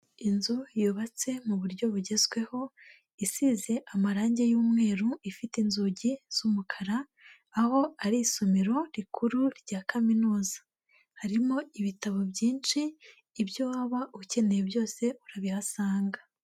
Inzu yubatse mu buryo bugezweho, isize amarangi y'umweru, ifite inzugi z'umukara, aho ari isomero rikuru rya kaminuza, harimo ibitabo byinshi, ibyo waba ukeneye byose urabihasanga.